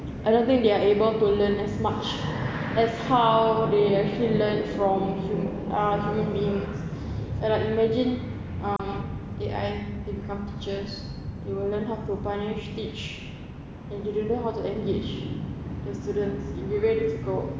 I don't think they're able to learn as much as how they actually learn from um human beings and like imagine A_I they become teachers they will learn how to punish teach and they don't know how to engage the students it'll be very difficult